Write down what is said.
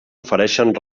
ofereixen